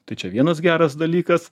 tai čia vienas geras dalykas